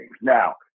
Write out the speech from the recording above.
Now